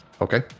okay